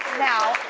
now,